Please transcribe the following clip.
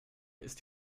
ist